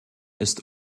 ist